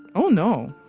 oh no.